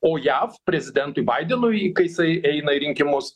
o jav prezidentui baidenui kai jisai eina į rinkimus